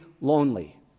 lonely